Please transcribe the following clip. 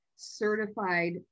certified